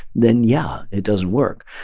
then yeah, it doesn't work.